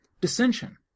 dissension